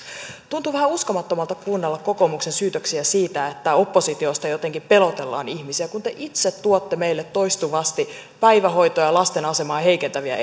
tuntuu vähän uskomattomalta kuunnella kokoomuksen syytöksiä siitä että oppositiosta jotenkin pelotellaan ihmisiä kun te itse tuotte meille toistuvasti päivähoitoa ja lasten asemaa heikentäviä